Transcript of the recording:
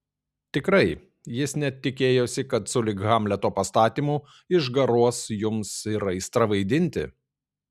tikrai jis net tikėjosi kad sulig hamleto pastatymu išgaruos jums ir aistra vaidinti